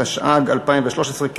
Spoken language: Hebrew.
התשע"ג 2013,